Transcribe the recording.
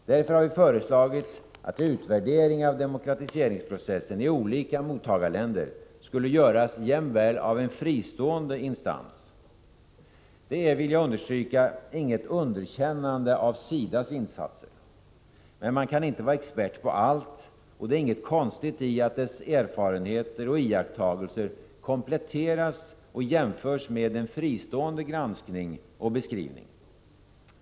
Därför har vi föreslagit att en utvärdering av demokratiseringsprocessen i olika mottagarländer skulle göras jämväl av en fristående instans. Det är, och det vill jag understryka, inget underkännande av SIDA:s insatser. Men man kan inte vara expert på allt, och det är inget konstigt i att dess erfarenheter och iakttagelser kompletteras och jämförs med en fristående granskning och beskrivning.